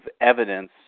evidence